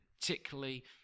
particularly